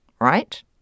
Right